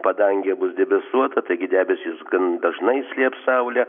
padangė bus debesuota taigi debesys gan dažnai slėps saulę